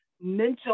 mental